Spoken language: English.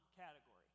category